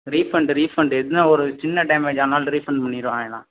refund refund என்ன ஒரு சின்ன டேமேஜ் ஆனாலும் ரீஃபண்ட் பண்ணியிருவாய்ங்களாம்